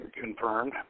confirmed